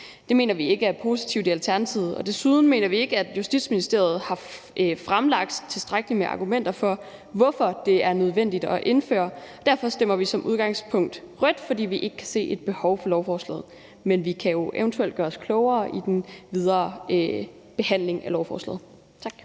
Det mener vi i Alternativet ikke er positivt, og desuden mener vi ikke, at Justitsministeriet har fremlagt tilstrækkeligt med argumenter for, hvorfor det er nødvendigt at indføre. Derfor stemmer vi som udgangspunkt rødt, for vi kan ikke se et behov for lovforslaget. Men vi kan jo eventuelt gøres klogere i den videre behandling af lovforslaget. Tak.